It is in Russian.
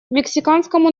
мексиканскому